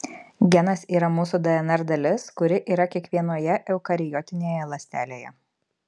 genas yra mūsų dnr dalis kuri yra kiekvienoje eukariotinėje ląstelėje